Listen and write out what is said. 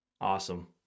Awesome